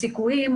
הסיכויים,